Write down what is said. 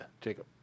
Jacob